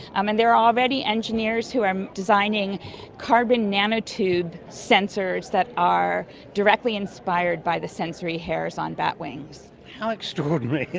um and there are already engineers who are designing carbon nanotube sensors that are directly inspired by the sensory hairs on bat wings. how extraordinary,